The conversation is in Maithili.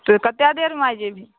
तो कतेक देरमे आबि जेबही